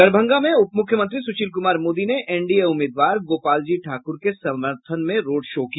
दरभंगा में उपमुख्यमंत्री सुशील कुमार मोदी ने एनडीए उम्मीदवार गोपालजी ठाकुर के समर्थन में रोड शो किया